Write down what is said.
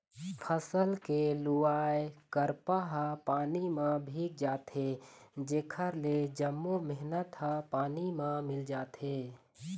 फसल के लुवाय करपा ह पानी म भींग जाथे जेखर ले जम्मो मेहनत ह पानी म मिल जाथे